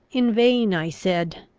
in vain i said,